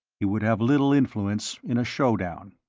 he would have little influence in a show-down.